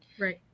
right